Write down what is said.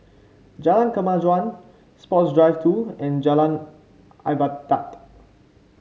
Jalan Kemajuan Sports Drive Two and Jalan Ibadat